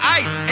ice